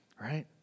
Right